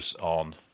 on